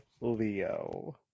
leo